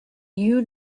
you